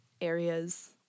areas